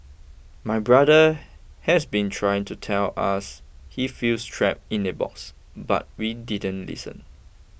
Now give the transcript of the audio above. my brother has been trying to tell us he feels trapped in a box but we didn't listen